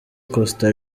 costa